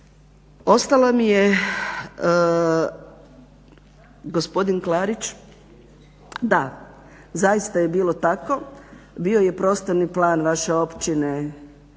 Ostala mi je gospodin Klarić, da zaista je bilo tako. Bio je prostorni plan vaše općine